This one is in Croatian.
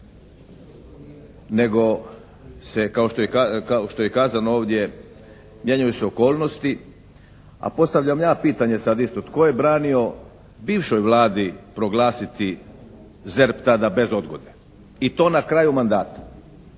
nego se kao što je i kazano ovdje mijenjaju se okolnosti, a postavljam ja pitanje sad isto tko je branio bivšoj Vladi proglasiti ZERP tada bez odgode? I to na kraju mandata?